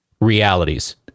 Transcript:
realities